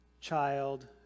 child